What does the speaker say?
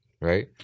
Right